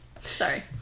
Sorry